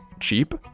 cheap